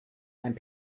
and